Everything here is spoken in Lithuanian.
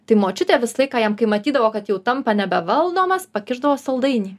tai močiutė visą laiką jam kai matydavo kad jau tampa nebevaldomas pakišdavo saldainį